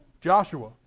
Joshua